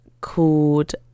called